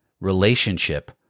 relationship